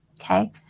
okay